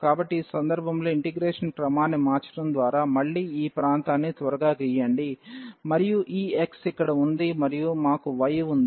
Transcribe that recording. కాబట్టి ఈ సందర్భంలో ఇంటిగ్రేషన్ క్రమాన్ని మార్చడం ద్వారా మళ్లీ ఈ ప్రాంతాన్ని త్వరగా గీయండి మరియు ఈ x ఇక్కడ ఉంది మరియు మాకు y ఉంది